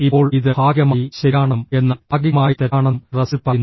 ഇപ്പോൾ ഇത് ഭാഗികമായി ശരിയാണെന്നും എന്നാൽ ഭാഗികമായി തെറ്റാണെന്നും റസ്സൽ പറയുന്നു